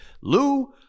Lou